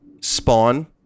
Spawn